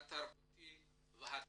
התרבותי והתקשורתי,